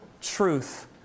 truth